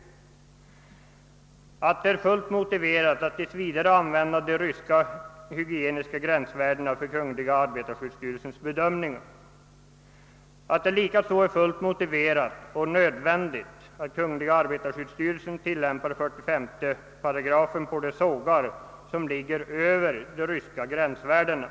Han anför dessutom att det är fullt motiverat att tills vidare använda de ryska hygieniska gränsvärdena för arbetarskyddsstyrelsens bedömningar och att det likaså är fullt motiverat och nödvändigt att arbetarskyddsstyrelsen tilllämpar 45 § arbetarskyddslagen beträffande de sågar, vilkas vibrationsvärden ligger över de ryska gränsvärdena.